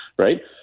right